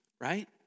right